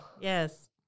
yes